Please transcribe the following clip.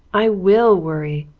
i will worry.